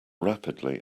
rapidly